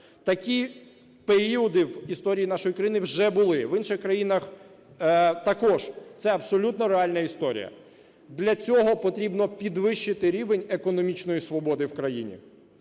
Такі періоди в історії нашої країни вже були, в інших країнах також. Це абсолютно реальна історія. Для цього потрібно підвищити рівень економічної свободи в країні,